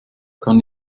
kann